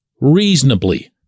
reasonably